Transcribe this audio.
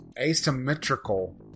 asymmetrical